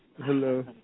Hello